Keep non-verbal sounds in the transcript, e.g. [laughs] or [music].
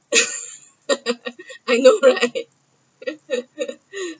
[laughs] I know right [laughs]